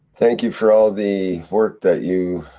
thank you for all the work that you.